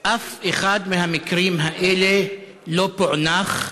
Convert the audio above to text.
אף אחד מהמקרים האלה לא פוענח,